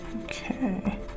Okay